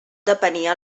depenia